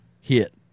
hit